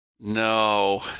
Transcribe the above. No